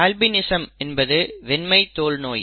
albinism என்பது வெண்மை தோல் நோய்